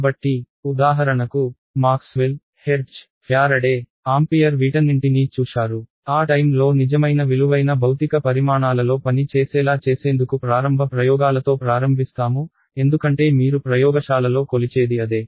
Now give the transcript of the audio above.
కాబట్టి ఉదాహరణకు Maxwell Hertz Faraday Ampere వీటన్నింటినీ చూశారు ఆ టైమ్ లో నిజమైన విలువైన భౌతిక పరిమాణాలలో పని చేసేలా చేసేందుకు ప్రారంభ ప్రయోగాలతో ప్రారంభిస్తాము ఎందుకంటే మీరు ప్రయోగశాలలో కొలిచేది అదే